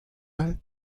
all